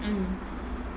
mm